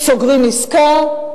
סוגרים עסקה,